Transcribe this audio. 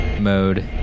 mode